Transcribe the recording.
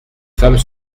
femmes